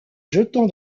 jetant